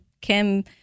Kim